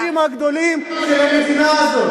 אתם הפושעים הגדולים של המדינה הזאת.